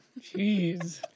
Jeez